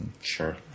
Sure